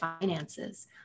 finances